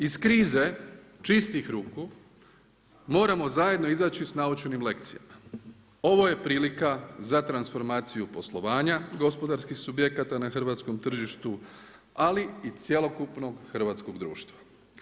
Iz krize čistih ruku, moramo zajedno izaći sa naučenim lekcijama, ovo je prilika za transformaciju poslovanja gospodarskih subjekata na hrvatskom tržištu, ali i cjelokupnog hrvatskog društva.